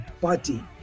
body